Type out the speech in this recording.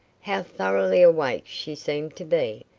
how thoroughly awake she seemed to be.